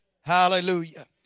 Hallelujah